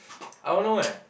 I won't know eh